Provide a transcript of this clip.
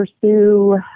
pursue